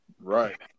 Right